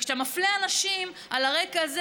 כשאתה מפלה אנשים על הרקע הזה,